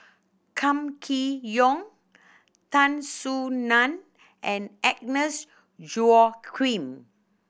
Kam Kee Yong Tan Soo Nan and Agnes Joaquim